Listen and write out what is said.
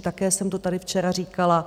Také jsem to tady včera říkala.